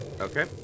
Okay